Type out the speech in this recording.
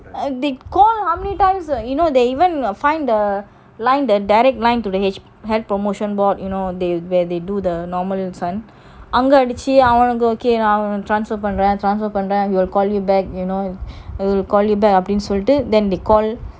they call how many times are you know they even find the line the direct line to the h~ health promotion board you know they where they do the normal this [one] அங்க அடிச்சி அவங்க நான்:anga adichi avanga naan transfer பண்றன்:panran transfer பண்றனு:panranu will call you back you know அப்பிடின்னு சொல்லிட்டு:apidinu solitu then they call